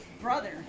brother